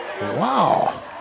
Wow